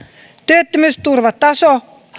työttömyysturvataso